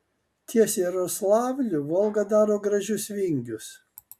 ties jaroslavliu volga daro gražius vingius